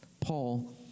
Paul